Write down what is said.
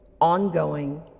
ongoing